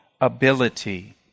ability